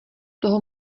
toho